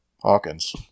Hawkins